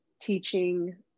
teaching